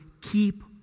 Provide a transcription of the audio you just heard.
keep